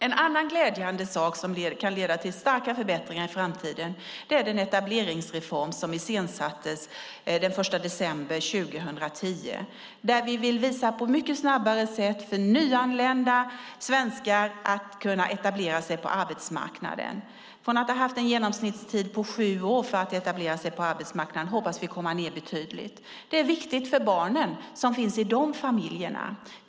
En annan glädjande sak som kan leda till starka förbättringar i framtiden är den etableringsreform som iscensattes den 1 december 2010, där vi vill visa på mycket snabbare sätt för nyanlända svenskar att etablera sig på arbetsmarknaden. Från att ha haft en genomsnittstid på sju år för att etablera sig på arbetsmarknaden hoppas vi komma ned betydligt. Det är viktigt för barnen som finns i dessa familjer.